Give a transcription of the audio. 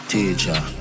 Teacher